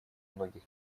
многих